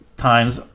times